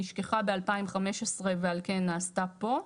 נשכחה ב-2015 ועל כן נעשתה פה.